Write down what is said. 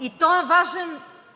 И той е важен